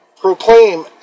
proclaim